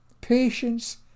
Patience